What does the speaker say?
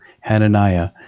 Hananiah